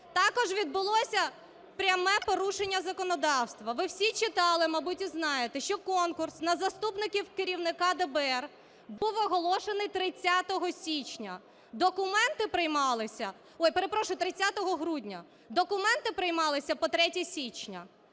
Також відбулося пряме порушення законодавства. Ви всі читали, мабуть, і знаєте, що конкурс на заступників керівника ДБР був оголошений 30 січня, документи приймалися...